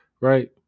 right